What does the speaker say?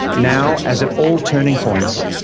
now, as at all turning points,